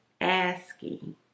asking